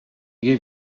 gave